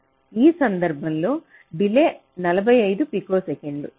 ఈ సందర్భంలో డిలే 45 పికోసెకన్లు